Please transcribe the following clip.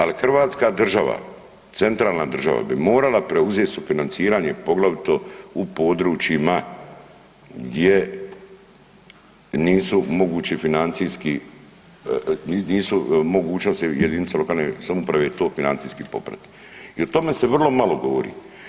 Ali Hrvatska država, centralna država bi morala preuzeti sufinanciranje poglavito u područjima gdje nisu mogući financijski, nisu mogućnosti jedinica lokalne samouprave to financijski popratiti i o tome se vrlo malo govori.